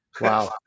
Wow